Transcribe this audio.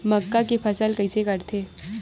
मक्का के फसल कइसे करथे?